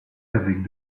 avec